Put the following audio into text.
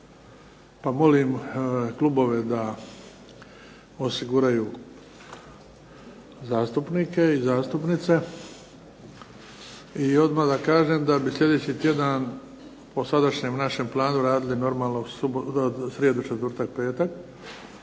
pa molim klubove da osiguraju zastupnike i zastupnice. I odmah da kažem da bi sljedeći tjedan po sadašnjem našem planu radili normalno u srijedu, četvrtak i petak,